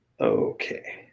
Okay